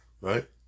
Right